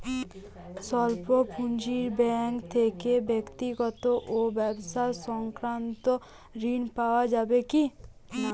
স্বল্প পুঁজির ব্যাঙ্ক থেকে ব্যক্তিগত ও ব্যবসা সংক্রান্ত ঋণ পাওয়া যাবে কিনা?